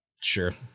Sure